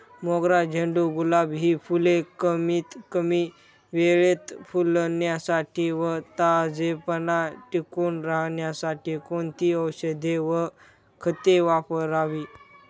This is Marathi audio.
मोगरा, झेंडू, गुलाब हि फूले कमीत कमी वेळेत फुलण्यासाठी व ताजेपणा टिकून राहण्यासाठी कोणती औषधे व खते वापरावीत?